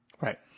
Right